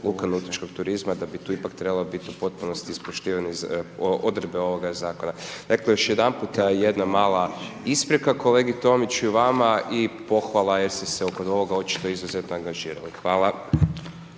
luke nautičkog turizma da bi tu ipak trebalo biti u potpunosti ispoštivane odredbe ovoga zakona. Dakle još jedanputa jedna mala isprika kolegi Tomiću i vama i pohvala jer ste se oko ovoga očito izuzetno angažirali. Hvala.